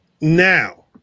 Now